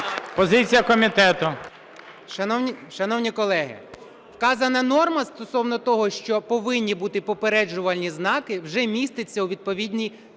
БАКУМОВ О.С. Шановні колеги, вказана норма стосовно того, що повинні бути попереджувальні знаки, вже міститься у відповідній